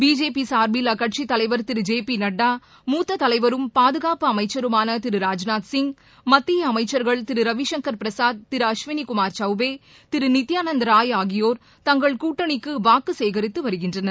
BJP சார்பில் அக்கட்சித் தலைவர் திரு ஜே பி நட்டா மூத்த தலைவரும் பாதுகாப்பு அமைச்சருமான திரு ராஜ்நாத் சிங் மத்திய அமைச்சர்கள் திரு ரவிசங்கர் பிரசாத் திரு அஸ்வினி குமார் சவ்பே திரு நித்தியானந்த ராய் ஆகியோர் தங்கள் கூட்டணிக்கு வாக்கு சேகரித்து வருகின்றனர்